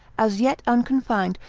as yet unconfined,